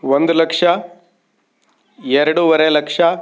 ಒಂದು ಲಕ್ಷ ಎರಡೂವರೆ ಲಕ್ಷ